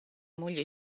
moglie